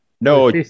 No